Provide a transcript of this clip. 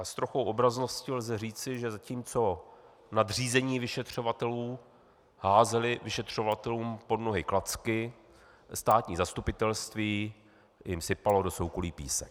S trochou obraznosti lze říci, že zatímco nadřízení vyšetřovatelů házeli vyšetřovatelům pod nohy klacky, státní zastupitelství jim sypalo do soukolí písek.